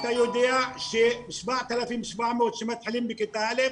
אתה יודע ש-7,700 שמתחילים בכיתה א',